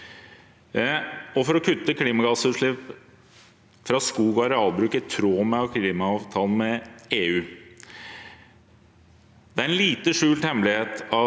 for å kutte klimagassutslipp fra skog- og arealbruk i tråd med klimaavtalen med EU. Det er en lite skjult hemmelighet at